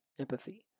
empathy